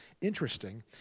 interesting